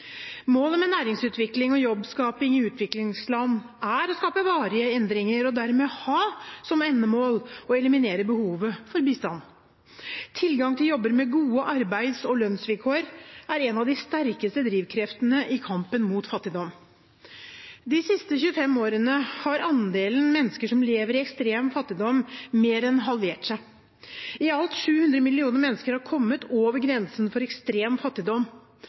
Målet med næringsutvikling og jobbskaping i utviklingsland er å skape varige endringer og dermed ha som endemål å eliminere behovet for bistand. Tilgang til jobber med gode arbeids- og lønnsvilkår er en av de sterkeste drivkreftene i kampen mot fattigdom. De siste 25 årene er andelen mennesker som lever i ekstrem fattigdom, mer enn halvert. I alt 700 millioner mennesker har kommet over grensen for ekstrem fattigdom.